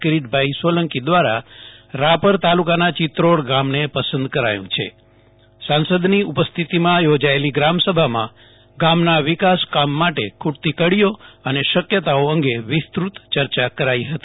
કિરીટભાઇ સોલંકી દ્વારા રાપર તાલુકાના ચિત્રોડ ગામને પસંદ કરાયું છે સાંસદની ઉપસ્થિતિમાં યોજાયેલી ગ્રામસભામાં ગામના વિકાસ માટે ખૂ ટતી કડીઓ અને શક્યતાઓ અંગે વિસ્તૃ ત યર્યા કરાઇ હતી